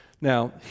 Now